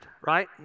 right